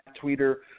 Twitter